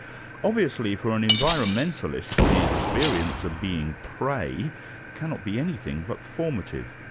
obviously for an environmentalist, the experience of being prey cannot be anything but formative.